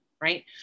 right